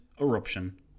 eruption